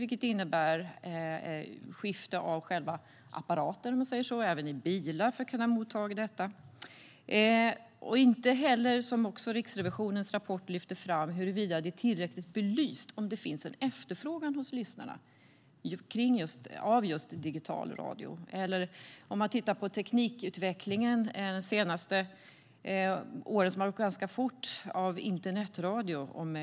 Det innebär ett skifte av själva apparaten för att kunna motta detta, och det gäller även i bilar. Riksrevisionens rapport lyfter fram huruvida det är tillräckligt belyst om det finns en efterfrågan av just digitalradio hos lyssnarna. Om man tittar på teknikutvecklingen de senaste åren ser man att utvecklingen av internetradio har gått ganska fort.